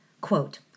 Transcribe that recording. Quote